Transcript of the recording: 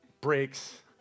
breaks